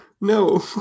No